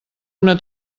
una